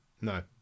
no